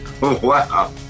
Wow